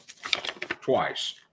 twice